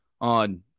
on